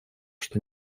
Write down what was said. что